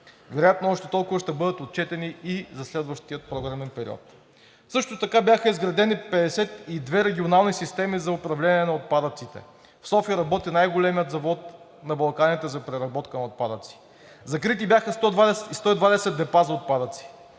вероятно още толкова ще бъдат отчетени и за следващия програмен период. Също така бяха изградени 52 регионални системи за управление на отпадъците. В София работи най-големият завод на Балканите за преработка на отпадъци. Закрити бяха 120 депа за отпадъци.